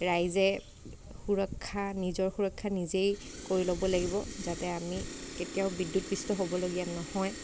ৰাইজে সুৰক্ষা নিজৰ সুৰক্ষা নিজেই কৰি ল'ব লাগিব যাতে আমি কেতিয়াও বিদ্যুৎপৃষ্ট হ'বলগীয়া নহয়